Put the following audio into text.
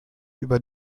über